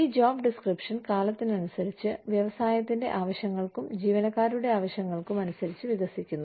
ഈ job description കാലത്തിനനുസരിച്ച് വ്യവസായത്തിന്റെ ആവശ്യങ്ങൾക്കും ജീവനക്കാരുടെ ആവശ്യങ്ങൾക്കും അനുസരിച്ച് വികസിക്കുന്നു